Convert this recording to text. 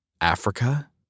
Africa